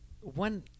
one